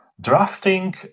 Drafting